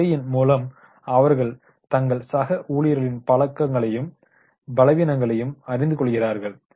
இந்த முறையின் மூலம் அவர்கள் தங்கள் சக ஊழியர்களின் பலங்களையும் பலவீனங்களையும் அறிந்து கொள்கிறார்கள்